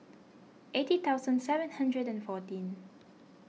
eighty thousand seven hundred and fourteen